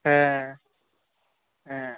হ্যাঁ হ্যাঁ